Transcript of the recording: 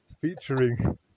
featuring